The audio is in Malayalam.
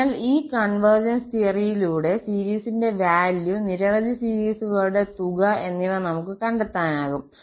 അതിനാൽ ഈ കോൺവെർജൻസ് തിയറിയിലൂടെ സീരിസിന്റെ വാല്യൂ നിരവധി സീരീസുകളുടെ തുക എന്നിവ നമുക്ക് കണ്ടെത്താനാകും